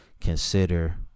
consider